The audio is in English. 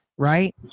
right